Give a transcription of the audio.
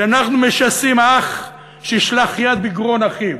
שאנחנו משסים אח שישלח יד בגרון אחיו,